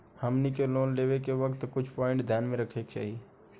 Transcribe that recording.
हमनी के लोन लेवे के वक्त कुछ प्वाइंट ध्यान में रखे के चाही